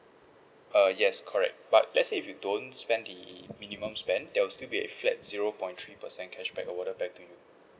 uh yes correct but let's say if you don't spend the minimum spend there will still be a flat zero point three percent cashback awarded back to you